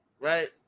right